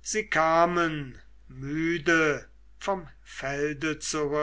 sie kamen müde vom felde zurück